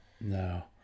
no